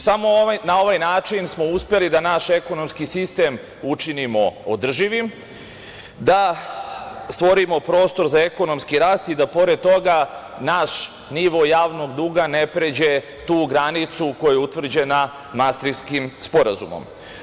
Samo na ovaj način smo uspeli da naš ekonomski sistem učinimo održivim, da stvorimo prostor za ekonomski rast i da pored toga naš nivo javnog duga ne pređe tu granicu koja je utvrđena Mastrihtskim sporazumom.